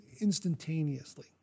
instantaneously